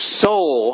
soul